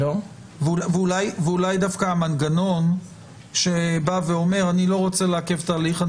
ואולי דווקא המנגנון שאומר אני לא רוצה לעכב תהליך,